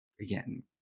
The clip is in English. again